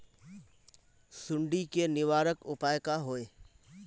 सुंडी के निवारक उपाय का होए?